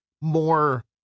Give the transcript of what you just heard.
more